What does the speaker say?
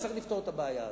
צריך לפתור את הבעיה הזאת.